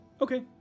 Okay